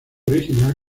original